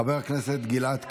חבר הכנסת גלעד קריב.